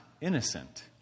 innocent